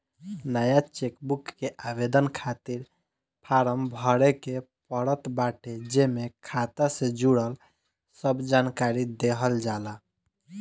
नया चेकबुक के आवेदन खातिर फार्म भरे के पड़त बाटे जेमे खाता से जुड़ल सब जानकरी देहल जाला